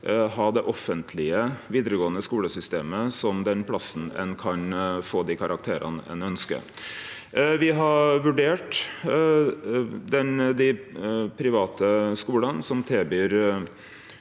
ha det offentlege vidaregåande skulesystemet som den plassen ein kan få dei karakterane ein ønskjer. Me har vurdert dei private skulane som har